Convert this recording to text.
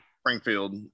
Springfield